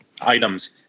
items